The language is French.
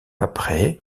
après